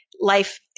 life